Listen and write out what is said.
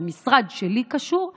שהמשרד שלי קשור אליהם,